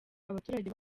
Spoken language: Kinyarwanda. abaturage